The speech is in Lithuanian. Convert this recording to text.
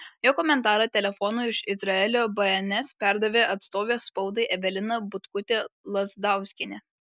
jo komentarą telefonu iš izraelio bns perdavė atstovė spaudai evelina butkutė lazdauskienė